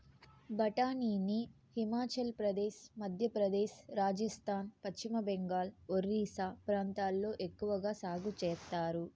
బఠానీని హిమాచల్ ప్రదేశ్, మధ్యప్రదేశ్, రాజస్థాన్, పశ్చిమ బెంగాల్, ఒరిస్సా ప్రాంతాలలో ఎక్కవగా సాగు చేత్తారు